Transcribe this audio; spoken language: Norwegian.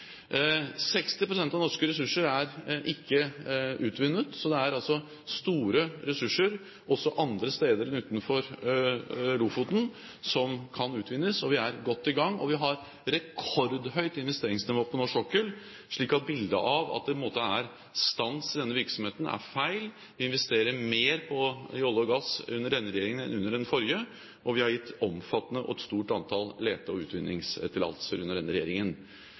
av norske ressurser er ikke utvunnet, så det er store ressurser også andre steder enn utenfor Lofoten som kan utvinnes, og vi er godt i gang. Vi har rekordhøyt investeringsnivå på norsk sokkel, slik at det bildet at det på en måte er stans i denne virksomheten, er feil. Vi investerer mer i olje og gass under denne regjeringen enn under den forrige, og vi har gitt omfattende og et stort antall lete- og utvinningstillatelser under denne regjeringen.